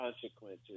consequences